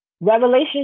Revelation